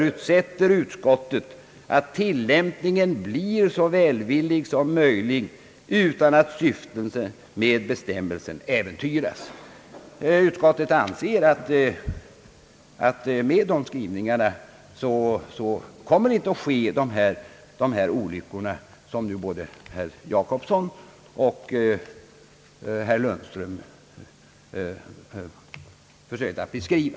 Utskottet förutsätter »att tillämpningen blir så välvillig som möjligt utan att syftet med bestämmelsen äventyras». Utskoitet anser att det med denna skrivning inte kommer att ske sådana olyckshändelser som både herr Jacobsson och herr Lundström försökt att beskriva.